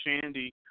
shandy